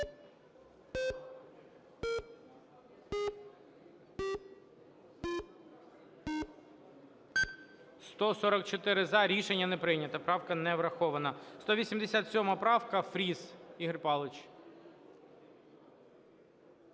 За-144 Рішення не прийнято. Правка не врахована. 187 правка, Фріс Ігор Павлович.